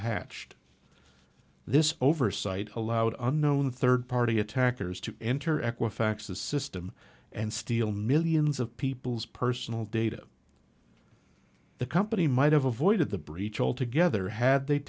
patched this oversight allowed unknown third party attackers to enter equifax the system and steal millions of people's personal data the company might have avoided the breach altogether had they